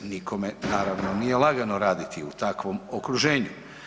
Nikome naravno nije lagano raditi u takvom okruženju.